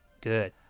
good